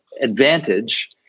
advantage